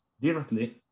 directly